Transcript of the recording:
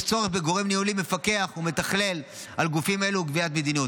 יש צורך בגורם ניהולי מפקח ומתכלל על גופים אלו וקביעת מדיניות.